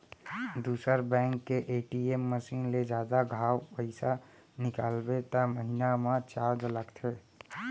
दूसर बेंक के ATM machine ले जादा घांव पइसा निकालबे त महिना म चारज लगथे